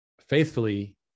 faithfully